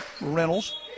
Reynolds